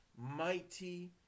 mighty